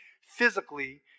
physically